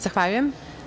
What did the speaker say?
Zahvaljujem.